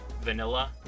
vanilla